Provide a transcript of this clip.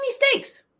mistakes